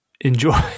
enjoy